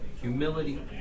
humility